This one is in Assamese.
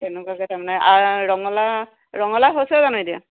তেনেকুৱাকৈ তাৰমানে আৰু ৰঙালাও ৰঙালাও হৈছে জানো এতিয়া